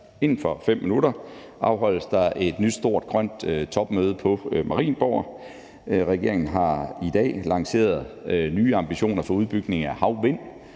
inden for 5 minutter, afholdes der et nyt stort grønt topmøde på Marienborg. Regeringen har i dag lanceret nye ambitioner for udbygning af havvind,